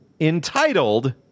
entitled